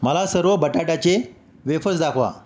मला सर्व बटाट्याचे वेफर्स दाखवा